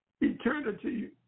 Eternity